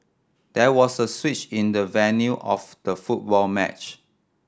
there was a switch in the venue of the football match